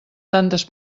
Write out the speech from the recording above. tantes